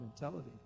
mentality